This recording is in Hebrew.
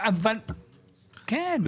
כן.